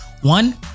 one